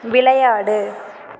விளையாடு